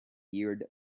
beard